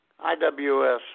IWS